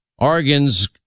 Oregon's